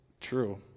true